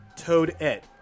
Toadette